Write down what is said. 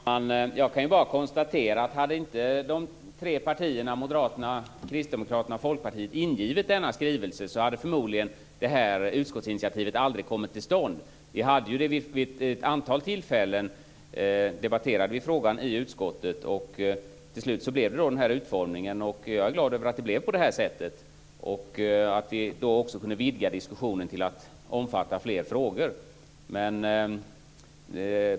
Herr talman! Jag kan bara konstatera att om inte Moderaterna, Kristdemokraterna och Folkpartiet hade ingivit denna skrivelse hade förmodligen utskottsinitiativet aldrig kommit till stånd. Vi debatterade vid ett antal tillfällen frågan i utskottet, och till slut blev det denna utformning. Jag är glad att det blev så och att vi kunde vidga diskussionen till att omfatta fler frågor.